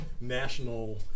national